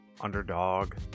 underdog